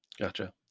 Gotcha